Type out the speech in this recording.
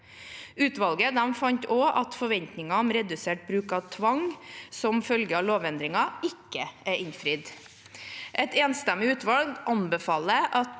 Utvalget fant også at forventningen om redusert bruk av tvang som følge av lovendringene ikke er innfridd. Et enstemmig utvalg anbefaler at